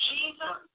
Jesus